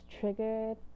Triggered